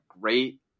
great